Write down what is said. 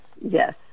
Yes